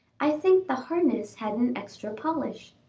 i think the harness had an extra polish.